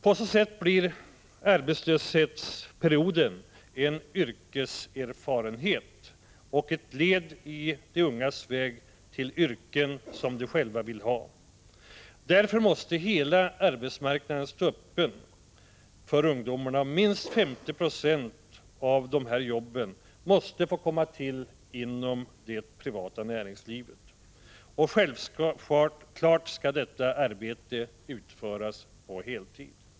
På så sätt blir arbetslöshetsperioden en yrkeserfarenhet och ett led i de ungas väg till yrken som de själva vill ha. Därför måste hela arbetsmarknaden stå öppen för ungdomarna. Minst 50 96 av jobben måste få komma till inom det privata näringslivet. Självfallet skall arbetet uföras på heltid.